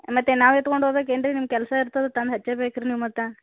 ಮತ್ತೆ ನಾವು ಎತ್ಕೊಂಡು ಹೋಗಬೇಕೇನ್ರಿ ನಿಮ್ಮ ಕೆಲಸ ಇರ್ತದೆ ತಂದು ಹಚ್ಚಬೇಕು ರೀ ನೀವೇ ಮತ್ತೆ